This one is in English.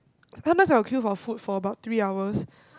sometimes I would queue for food for about three hours